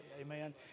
Amen